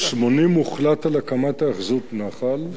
ב-80 הוחלט על הקמת היאחזות נח"ל,